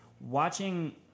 watching